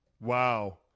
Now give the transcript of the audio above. Wow